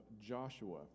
Joshua